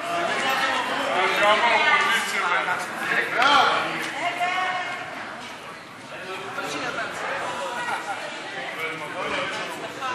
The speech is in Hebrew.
הודעת הממשלה